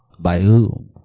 by whom?